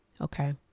okay